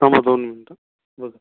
थांबा दोन मिनटं बघा